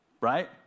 Right